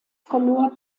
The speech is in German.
verlor